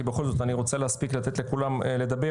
כי בכל זאת, אני רוצה להפסיק לתת לכולם לדבר.